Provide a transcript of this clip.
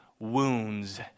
wounds